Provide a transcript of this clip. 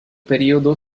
periodo